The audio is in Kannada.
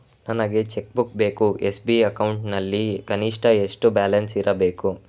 ನನಗೆ ಚೆಕ್ ಬುಕ್ ಬೇಕು ಎಸ್.ಬಿ ಅಕೌಂಟ್ ನಲ್ಲಿ ಕನಿಷ್ಠ ಎಷ್ಟು ಬ್ಯಾಲೆನ್ಸ್ ಇರಬೇಕು?